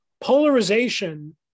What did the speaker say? Polarization